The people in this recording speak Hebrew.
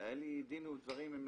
היה לי דין ודברים עם